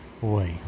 Boy